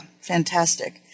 fantastic